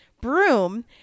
broom